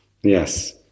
Yes